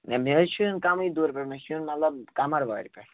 ہے مےٚ حظ چھِ یُن کَمے دوٗرِ پیٚٹھ مےٚ چھِ یُن مطلب قَمَر وارِ پیٚٹھ